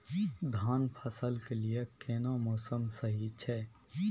धान फसल के लिये केना मौसम सही छै?